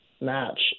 match